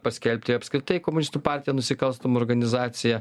paskelbti apskritai komunistų partiją nusikalstama organizacija